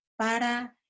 para